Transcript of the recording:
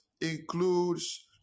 includes